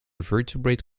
vertebrate